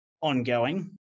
ongoing